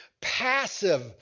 passive